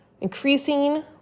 increasing